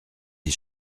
les